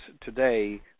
today